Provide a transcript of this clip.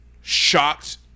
shocked